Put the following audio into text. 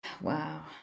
Wow